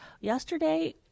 yesterday